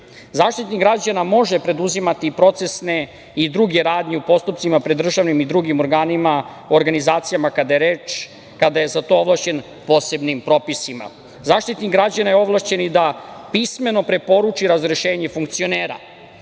zemlje.Zaštitnik građana može preduzimati procesne i druge radnje u postupcima pri državnim i drugim organima, organizacijama kada je za to ovlašćen posebnim propisima. Zaštitnik građana je ovlašćen i da pismeno preporuči razrešenje funkcionera,